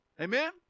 Amen